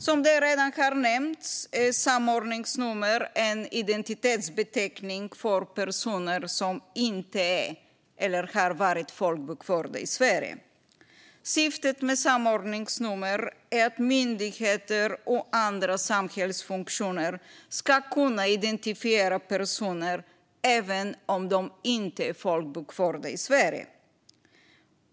Som det redan har nämnts är samordningsnummer en identitetsbeteckning för personer som inte är eller har varit folkbokförda i Sverige. Syftet med samordningsnummer är att myndigheter och andra samhällsfunktioner ska kunna identifiera personer även om de inte är folkbokförda i Sverige.